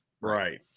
Right